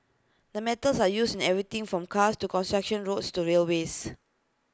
the metals are used in everything from cars to construction roads to railways